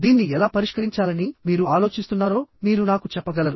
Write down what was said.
దీన్ని ఎలా పరిష్కరించాలని మీరు ఆలోచిస్తున్నారో మీరు నాకు చెప్పగలరు